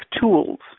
tools